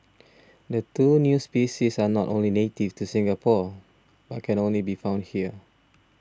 the two new species are not only native to Singapore but can only be found here